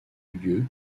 lieu